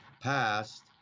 passed